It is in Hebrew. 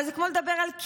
אבל זה כמו לדבר לקיר,